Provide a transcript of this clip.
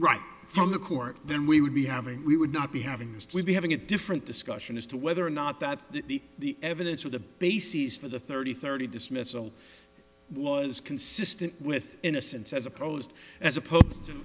write from the court then we would be having we would not be having this we'd be having a different discussion as to whether or not that the the evidence of the bases for the thirty thirty dismissal laws consistent with innocence as opposed as opposed to